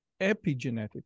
epigenetics